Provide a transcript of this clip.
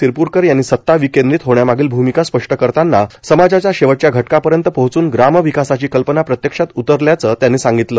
सिरप्रकर यांनी सता विकेद्रीत होण्यामागील भूमिका स्पष्ट करताना समाजाच्या शेवटच्या घटकापर्यंत पोहचून ग्रामविकासाची कल्पना प्रत्यक्षात उतरल्याचे त्यांनी सांगितलं